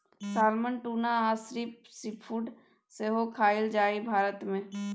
salmon, tuna आ shrimp seafood सेहो खाएल जाइ छै भारत मे